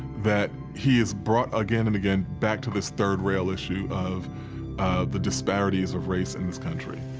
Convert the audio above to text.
that he is brought again and again back to this third-rail issue of the disparities of race in this country.